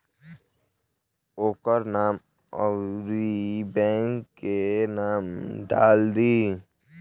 ओकर नाम अउरी बैंक के नाम डाल दीं